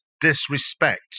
disrespect